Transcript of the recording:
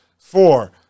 four